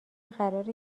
قراره